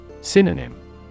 Synonym